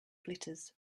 glitters